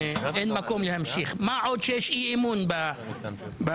אין מקום להמשיך, מה עוד שיש אי-אמון במליאה.